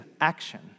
action